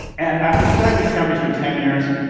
and after studying these companies for ten years,